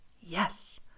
yes